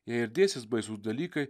jei ir dėsis baisūs dalykai